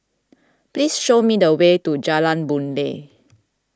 please show me the way to Jalan Boon Lay